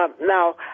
Now